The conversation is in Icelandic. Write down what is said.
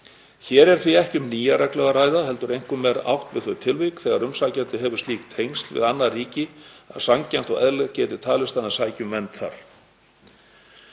Hér er því ekki um nýja reglu að ræða heldur er einkum átt við þau tilvik þegar umsækjandi hefur slík tengsl við annað ríki að sanngjarnt og eðlilegt geti talist að hann sæki um vernd þar.